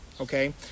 okay